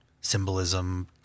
symbolism